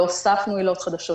לא הוספנו עילות חדשות.